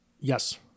Yes